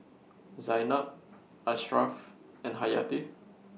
Zaynab Ashraf and Hayati